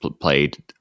played